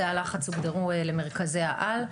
תאי הלחץ הוגדרו למרכזי העל.